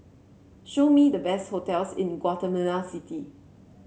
show me the best hotels in Guatemala City